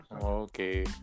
okay